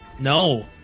No